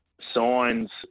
signs